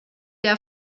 der